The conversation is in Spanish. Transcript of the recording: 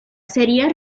sería